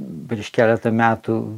virš keletą metų